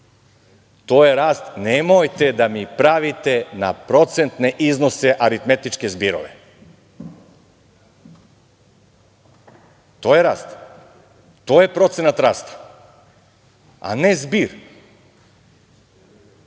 To je rast. Nemojte da mi pravite na procentne iznose aritmetičke zbirove. To je rast, to je procenat rasta, a ne zbir.